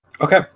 Okay